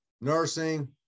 nursing